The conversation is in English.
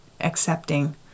accepting